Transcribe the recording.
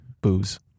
booze